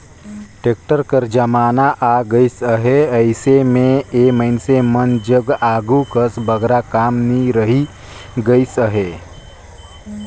tractor कर जमाना आए गइस अहे, अइसे मे ए मइनसे मन जग आघु कस बगरा काम नी रहि गइस अहे